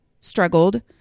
struggled